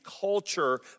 culture